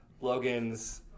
Logan's